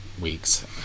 weeks